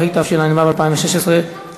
התרבות והספורט בעקבות הצעות לסדר-היום בנושאים האלה: